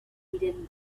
hidden